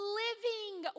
living